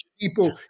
people